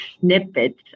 snippets